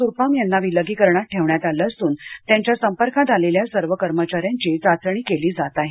सुरपाम यांना विलगीकरणात ठेवण्यात आलं असून त्यांच्या संपर्कात आलेल्या सर्व कर्मचाऱ्यांची चाचणी केली जात आहेत